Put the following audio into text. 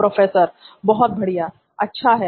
professor बहुत बढ़िया अच्छा है